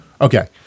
Okay